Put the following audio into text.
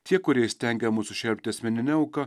tie kurie įstengia mus sušelpti asmenine auka